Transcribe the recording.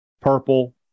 Purple